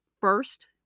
first